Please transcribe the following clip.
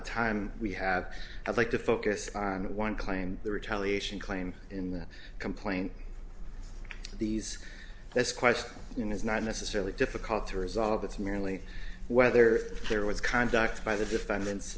of time we have i'd like to focus on one claim the retaliation claim in the complaint these this question you know is not necessarily difficult to resolve it's merely whether there was kind docs by the defendant